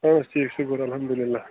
اَہَن حظ ٹھیٖک شُکُر الحمدُاللہ